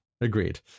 Agreed